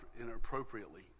inappropriately